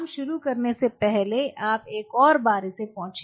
काम शुरू करने से पहले आप एक और बार इसे पोछें